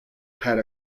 had